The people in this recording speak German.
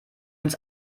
uns